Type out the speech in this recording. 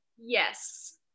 Yes